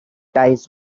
ties